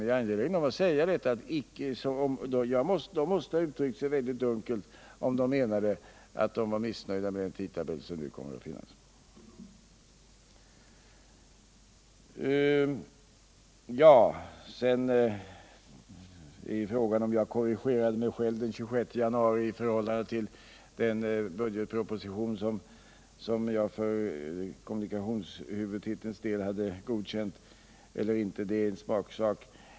Men jag är angelägen att säga att kommunernas representanter måste ha uttryckt sig mycket dunkelt om de menade att de var missnöjda med den tidtabell som nu kommer att finnas. Om jag korrigerade mig själv den 26 januari i förhållande till den budgetproposition som jag för kommunikationshuvudtitelns del hade godkänt eller inte är en smaksak.